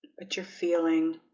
but you're feeling